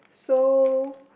so